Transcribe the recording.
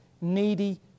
needy